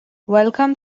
welcome